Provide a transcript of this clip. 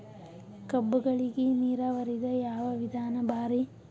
ಕಬ್ಬುಗಳಿಗಿ ನೀರಾವರಿದ ಯಾವ ವಿಧಾನ ಭಾರಿ?